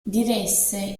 diresse